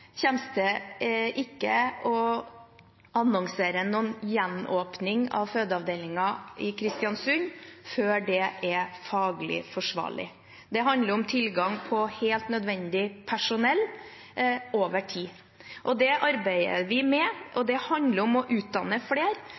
å annonsere noen gjenåpning av fødeavdelingen i Kristiansund før det er faglig forsvarlig. Det handler om tilgang på helt nødvendig personell over tid, og det arbeider vi med. Det handler om å utdanne flere,